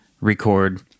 record